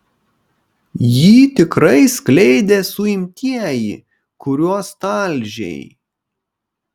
jį tikrai skleidė suimtieji kuriuos talžei